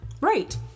Right